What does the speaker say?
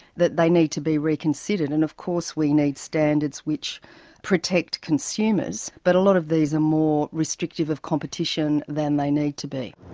that they need to be reconsidered. and of course we need standards which protect consumers, but a lot of these are more restrictive of competition than they need to be.